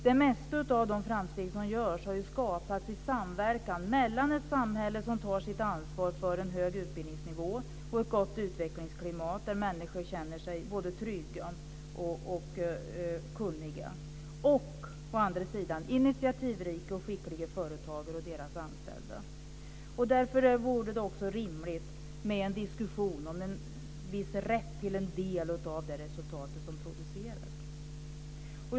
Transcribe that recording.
Det mesta när det gäller de framsteg som görs har ju skapats i samverkan mellan ett samhälle som tar sitt ansvar för en hög utbildningsnivå och ett gott utvecklingsklimat där människor känner sig både trygga och kunniga och, å andra sidan, initiativrika och skickliga företagare och deras anställda. Därför vore det också rimligt med en diskussion om en viss rätt till en del av det resultat som produceras.